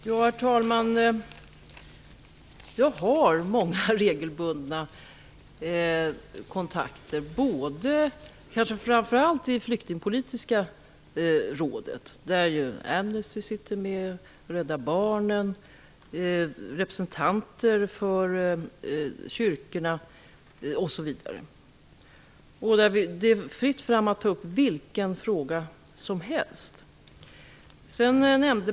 Herr talman! Jag har många regelbundna kontakter framför allt i Flyktingpolitiska rådet, där Amnesty, Rädda barnen, representanter för kyrkorna osv. sitter med. Där är det fritt fram att ta upp vilka frågor som helst.